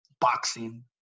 boxing